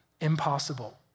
impossible